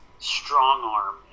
Strongarm